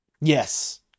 Yes